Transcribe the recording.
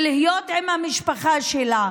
ולהיות עם המשפחה שלה.